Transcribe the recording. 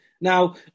Now